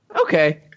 Okay